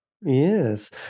yes